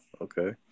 Okay